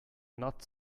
not